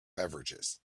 beverages